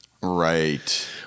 right